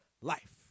life